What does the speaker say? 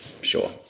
sure